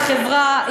וחברה,